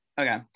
Okay